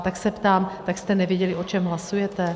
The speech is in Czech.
Tak se ptám, tak jste nevěděli, o čem hlasujete?